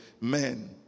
men